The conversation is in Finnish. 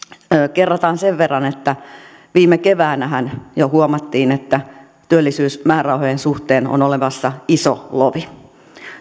kerrataan sen verran että viime keväänähän jo huomattiin että työllisyysmäärärahojen suhteen on olemassa iso lovi